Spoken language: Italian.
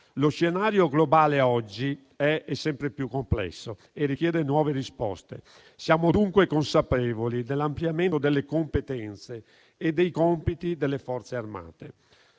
Lo scenario globale oggi è sempre più complesso e richiede nuove risposte. Siamo dunque consapevoli dell'ampliamento delle competenze e dei compiti delle Forze armate,